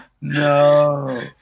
no